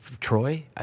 Troy